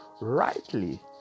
rightly